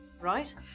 right